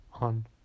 on